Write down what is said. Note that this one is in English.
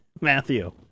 Matthew